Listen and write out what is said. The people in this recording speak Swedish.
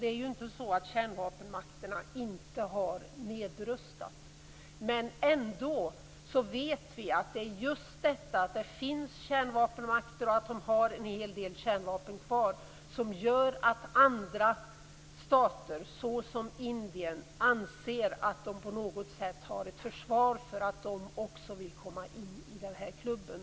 Det är ju inte så att kärnvapenmakterna inte har nedrustat. Men ändå vet vi att det är just det faktum att det finns kärnvapenmakter och att de har kärnvapen kvar som gör att andra stater, såsom Indien, anser att de på något sätt har ett försvar för att de också vill komma in i klubben.